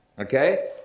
Okay